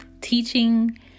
teaching